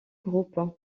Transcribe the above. groupe